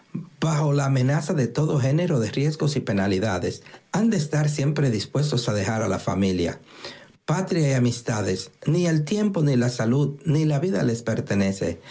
bajo la amenaza de todo género de riesgos y penalidades han de estar siempre dispuestos a dejar familia patria y amistades ni el tiempo ni la salud ni la vida les pertenecen